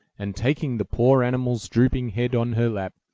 and taking the poor animal's drooping head on her lap,